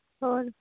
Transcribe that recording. ਹੋਰ